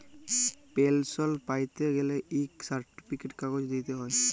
পেলসল প্যাইতে গ্যালে ইক সার্টিফিকেট কাগজ দিইতে হ্যয়